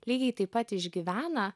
lygiai taip pat išgyvena